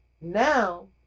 Now